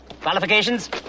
Qualifications